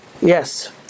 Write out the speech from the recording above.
Yes